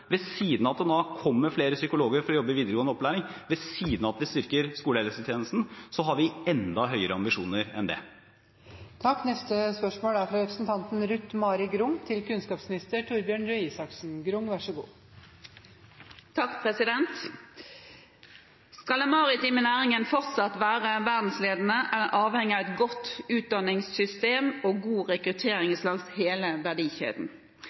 nå kommer flere psykologer for å jobbe i videregående opplæring, og ved siden av at vi styrker skolehelsetjenesten, har vi enda høyere ambisjoner. «Skal den maritime næringen fortsatt være verdensledende, er den avhengig av et godt utdanningssystem og god rekruttering langs hele verdikjeden. Norges kombinasjon av akademisk og erfaringsbasert kompetanse er unik i verdenssammenheng og kanskje et av